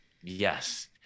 Yes